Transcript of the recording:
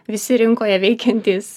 visi rinkoje veikiantys